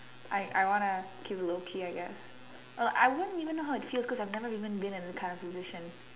I I wanna keep low key I guess uh I wouldn't even know how it feels cause I have nerve been in this kind position